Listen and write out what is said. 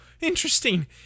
interesting